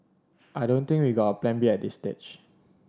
I don't think we've got a Plan B at this stage